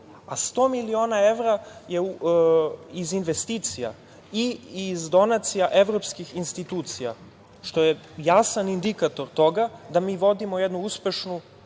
a 100 miliona evra je iz investicija i iz donacija evropskih institucija, što je jasan indikator toga da mi vodimo jednu uspešnu